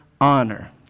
honor